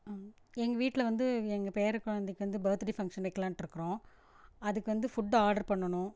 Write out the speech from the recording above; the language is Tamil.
எங்கள் வீட்டில் வந்து எங்கள் பேரக் குழந்தைக்கி வந்து பர்த்டே ஃபங்ஷன் வைக்கலாண்ட்டுருக்குறோம் அதுக்கு வந்து ஃபுட் ஆர்ட்ரு பண்ணணும்